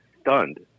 stunned